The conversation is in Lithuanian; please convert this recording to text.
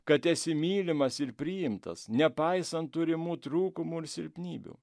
kad esi mylimas ir priimtas nepaisant turimų trūkumų ir silpnybių